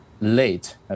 late